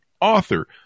author